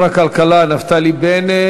תודה לשר הכלכלה נפתלי בנט.